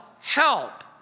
help